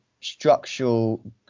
structural